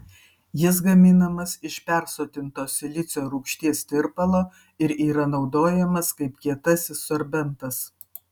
jis gaminamas iš persotinto silicio rūgšties tirpalo ir yra naudojamas kaip kietasis sorbentas